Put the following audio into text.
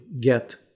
get